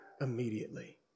immediately